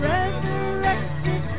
Resurrected